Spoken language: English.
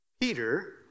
Peter